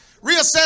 Reassess